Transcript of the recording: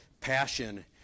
passion